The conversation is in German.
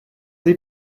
sie